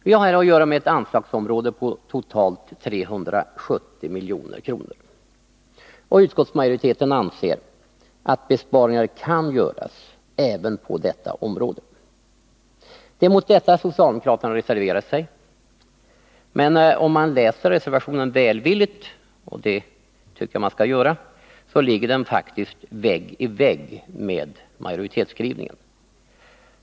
Vi har här att göra med ett anslagsområde på totalt 370 milj.kr. Utskottsmajoriteten anser att besparingar kan göras även på detta område. Det är mot detta socialdemokraterna reserverar sig, men om man läser reservationen välvilligt — och det tycker jag att man skall göra — så finner man faktiskt att den ligger vägg i vägg med majoritetsskrivningen.